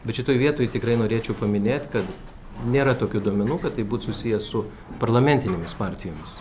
bet šitoj vietoj tikrai norėčiau paminėt kad nėra tokių duomenų kad tai būt susiję su parlamentinėmis partijomis